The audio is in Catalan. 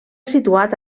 situat